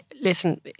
Listen